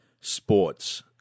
sports